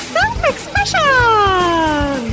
Self-expression